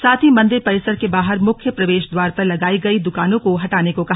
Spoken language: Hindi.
साथ ही मंदिर परिसर के बाहर मुख्य प्रवेश द्वार पर लगाई गई दुकानों को हटाने को कहा